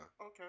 Okay